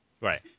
right